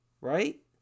Right